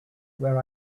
where